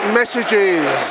messages